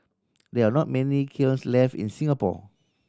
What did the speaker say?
there are not many kilns left in Singapore